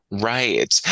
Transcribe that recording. Right